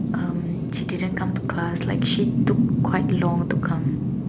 um she didn't come to class like she took quite long to come